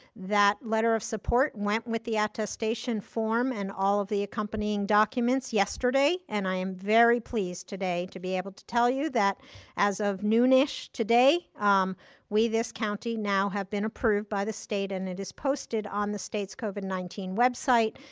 that letter of support went with the attestation form and all of the accompanying documents yesterday and i am very pleased today to be able to tell you that as on noon-ish today we, this county, now have been approved by the state, and it is posted on the state's covid nineteen website,